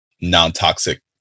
non-toxic